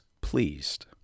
pleased